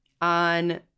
on